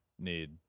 need